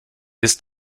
ist